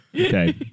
Okay